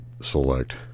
select